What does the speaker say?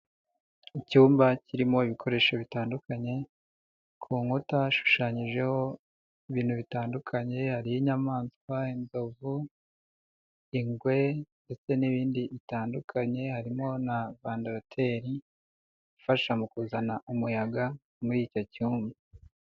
Icyumba kirimo ibikoresho bitandukanye ku nkuta hashushanyijeho ibintu bitandukanye, hariho inyamaswa inzovu, ingwe ndetse n'ibindi bitandukanye, harimo na vandarateri ifasha mu kuzana umuyaga muri icyo cyumba.